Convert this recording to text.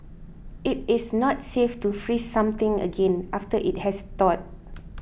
it is not safe to freeze something again after it has thawed